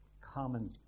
common